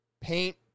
paint